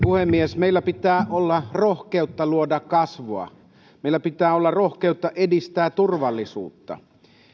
puhemies meillä pitää olla rohkeutta luoda kasvua meillä pitää olla rohkeutta edistää turvallisuutta